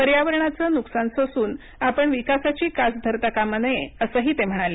पर्यावरणाचं नुकसान सोसून आपण विकासाची कास धरता कामा नये असंही ते म्हणाले